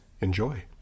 Enjoy